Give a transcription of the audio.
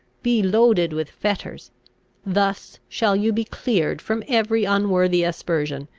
be loaded with fetters thus shall you be cleared from every unworthy aspersion,